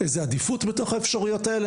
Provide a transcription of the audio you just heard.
איזה עדיפות בתוך האפשרויות האלה?